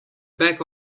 back